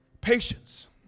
patience